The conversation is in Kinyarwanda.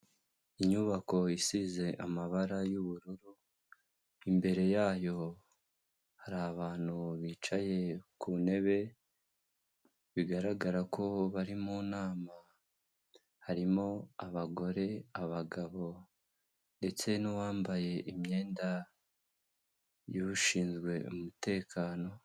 Inyubako isize amabara y'ubururu, imbere yayo hari abantu bicaye ku ntebe bigaragara ko bari mu nama, harimo abagore, abagabo ndetse n'uwambaye imyenda y'ushinzwe umutekano.